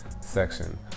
section